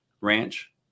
ranch